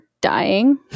dying